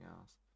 else